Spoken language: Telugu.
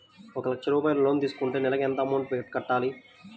ఒక లక్ష రూపాయిలు లోన్ తీసుకుంటే నెలకి ఎంత అమౌంట్ కట్టాలి?